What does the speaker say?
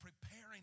preparing